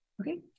Okay